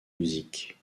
music